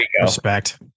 Respect